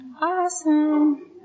Awesome